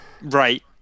right